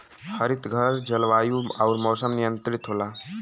हरितघर जलवायु आउर मौसम नियंत्रित होला